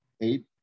eight